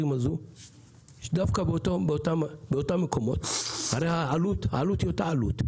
באותם מקומות העלות היא אותה עלות,